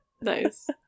Nice